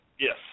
Yes